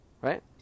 Right